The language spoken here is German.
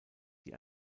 die